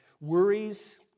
worries